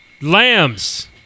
Lambs